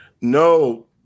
no